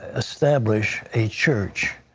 establish a church,